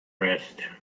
rest